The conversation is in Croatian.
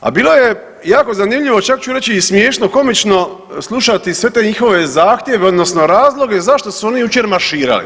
A bilo je jako zanimljivo, čak ću reći i smiješno, komično slušati sve te njihove zahtjeve odnosno razloge zašto su oni jučer marširali.